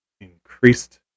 increased